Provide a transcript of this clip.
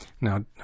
Now